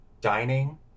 dining